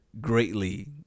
greatly